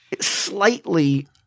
slightly